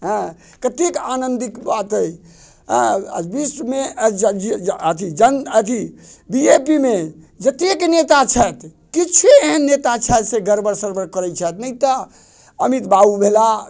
एँ कतेक आनन्दित बात अछि एँ विश्वमे अछि बी जे पी मे जतेक नेता छथि किछु एहेन नेता छथि से गड़बड़ सड़बड़ करै छथि नहि तऽ अमित बाबू भेलाह